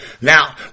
Now